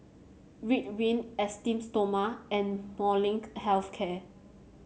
Ridwind Esteem Stoma and Molnylcke Health Care